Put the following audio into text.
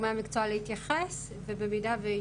שלום, אני אבי בן אל, רב פקד.